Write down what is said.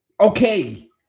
okay